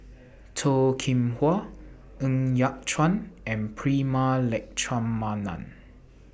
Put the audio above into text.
Toh Kim Hwa Ng Yat Chuan and Prema Letchumanan